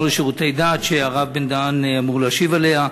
לשירותי דת שהרב בן-דהן אמור להשיב עליה.